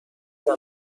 دارم